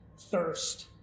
thirst